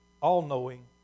all-knowing